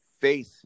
face